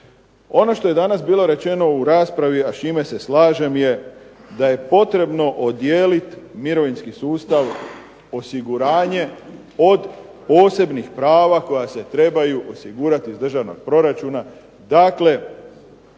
Ono što je danas bilo rečeno u raspravi a s čime se slažem da je potrebno odijeliti mirovinski sustav osiguranje od posebnih prava koja se trebaju osigurati iz državnog proračuna.